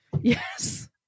yes